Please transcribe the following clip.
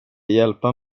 hjälpa